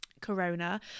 corona